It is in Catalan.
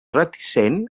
reticent